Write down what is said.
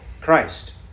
Christ